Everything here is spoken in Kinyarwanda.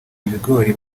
ibigori